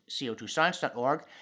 co2science.org